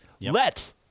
Let